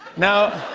now